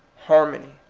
harmony,